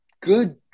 good